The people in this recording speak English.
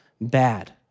bad